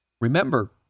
Remember